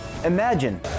Imagine